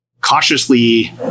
cautiously